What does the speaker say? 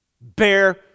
Bear